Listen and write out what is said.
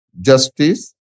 justice